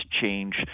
change